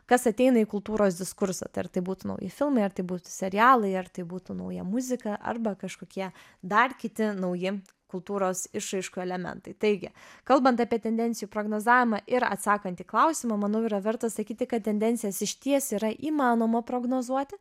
kas ateina į kultūros diskursą tai ar tai būtų nauji filmai ar tai būtų serialai ar tai būtų nauja muzika arba kažkokie dar kiti nauji kultūros išraiškų elementai taigi kalbant apie tendencijų prognozavimą ir atsakant į klausimą manau yra verta sakyti kad tendencijas išties yra įmanoma prognozuoti